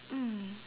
mm